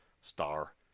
star